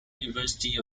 university